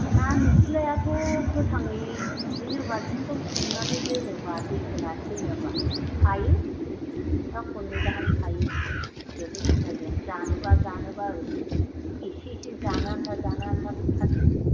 ना निसिलायाथ' गोथाङै बिदिनो बाल्थिंफ्राव सोमनानै दोनोब्ला दै होनानै दोनोब्ला थायो सफ्था खननै गाहाम थायो जेबो सिन्था गैया जानोबा जानोबा ओरैनो एसे एसे जानो आन्था जानो आन्था बुथारदो